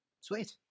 Sweet